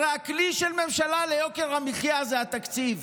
הרי הכלי של ממשלה ליוקר המחיה זה התקציב